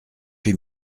huit